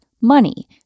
Money